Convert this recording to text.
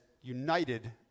united